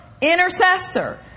intercessor